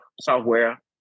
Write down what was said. software